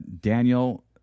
Daniel